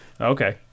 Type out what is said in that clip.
okay